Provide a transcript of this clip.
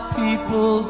people